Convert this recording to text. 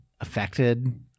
affected –